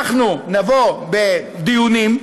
אנחנו נבוא בדיונים,